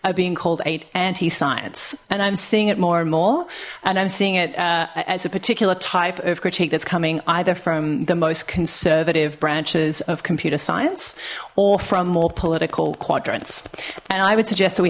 are being called eight anti science and i'm seeing it more and more and i'm seeing it as a particular type of critique that's coming either from the most conservative branches of computer science or from more political quadrants and i would suggest that we